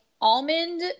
almond